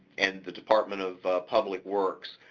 and the department of public works.